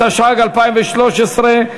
התשע"ג 2013,